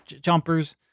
jumpers